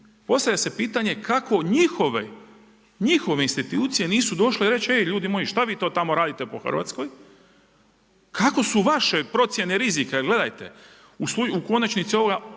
postavlja se pitanje kako njihove institucije nisu došle i reći ej ljudi moji, šta vi to tamo radite po Hrvatskoj. Kako su vaše procjene rizika jer gledajte, u konačnici ovoga